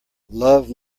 love